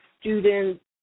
students